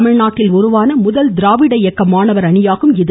தமிழ்நாட்டில் உருவான முதல் திராவிட இயக்க மாணவர் அணியாகும் இது